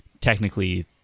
technically